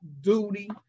duty